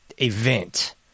event